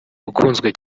ukunzwe